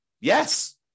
Yes